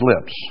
lips